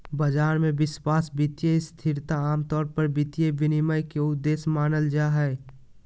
बाजार मे विश्वास, वित्तीय स्थिरता आमतौर पर वित्तीय विनियमन के उद्देश्य मानल जा हय